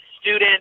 student